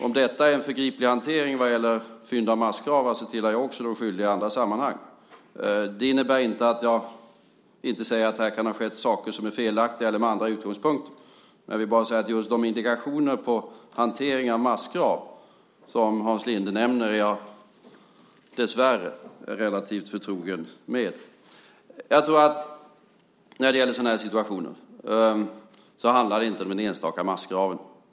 Om detta är en förgriplig hantering vad gäller fynd av massgravar tillhör alltså jag också de skyldiga i andra sammanhang. Det innebär inte att jag inte säger att här kan ha skett saker som är felaktiga utifrån andra utgångspunkter. Jag vill bara säga att just de indikationer på hantering av massgrav som Hans Linde nämner är jag dessvärre relativt förtrogen med. I sådana här situationer tror jag inte att det handlar om den enstaka massgraven.